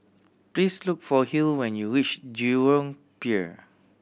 please look for Hill when you reach Jurong Pier